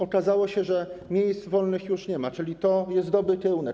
Okazało się, że miejsc wolnych już nie ma, czyli to jest dobry kierunek.